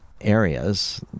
areas